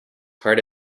hard